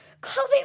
Chloe